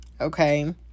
Okay